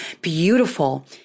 beautiful